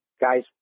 guys